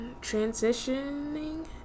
transitioning